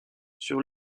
sur